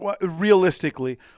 Realistically